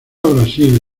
brasil